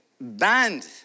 banned